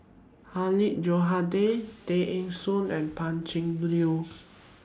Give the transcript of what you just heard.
Hilmi Johandi Tay Eng Soon and Pan Cheng Lui